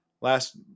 last